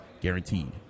guaranteed